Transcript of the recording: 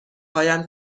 هایم